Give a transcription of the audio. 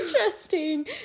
interesting